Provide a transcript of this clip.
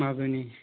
मागोनि